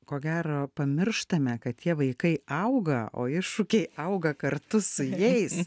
ko gero pamirštame kad tie vaikai auga o iššūkiai auga kartu su jais